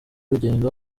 urugendo